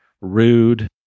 rude